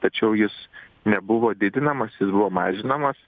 tačiau jis nebuvo didinamas jis buvo mažinamas